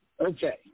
Okay